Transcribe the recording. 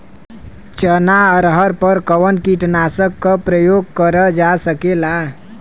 चना अरहर पर कवन कीटनाशक क प्रयोग कर जा सकेला?